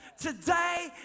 Today